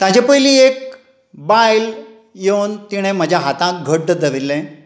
ताचे पयलीं एक बायल येवन तिणे म्हज्या हातांक घट धरिल्लें